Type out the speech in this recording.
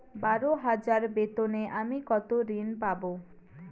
বারো হাজার বেতনে আমি কত ঋন পাব?